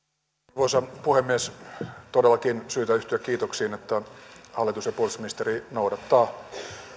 arvoisa puhemies on todellakin syytä yhtyä kiitoksiin että hallitus ja puolustusministeri noudattavat